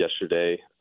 yesterday